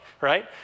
right